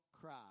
cry